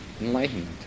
enlightenment